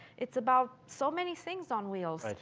it's about so many things on wheels.